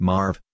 Marv